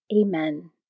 Amen